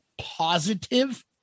positive